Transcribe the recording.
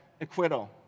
acquittal